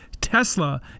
Tesla